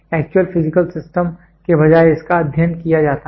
तो actual physical system के बजाय इसका अध्ययन किया जाता है